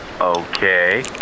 Okay